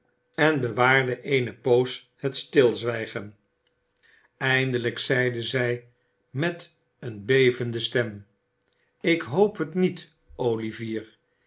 kamelen bewaarde eene poos het stilzwijgen eindelijk zeide zij met een bevende slem ik hoop het niet olivier